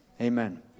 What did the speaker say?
Amen